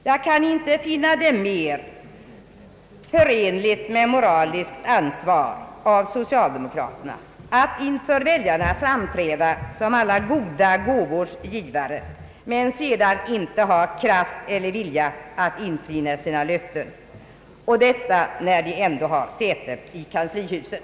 Jag kan inte finna det mer förenligt med moraliskt ansvar att socialdemokraterna inför väljarna framträder som alla goda gåvors givare men sedan inte har kraft eller vilja att infria sina löften. Och detta när de ändå har säte i kanslihuset.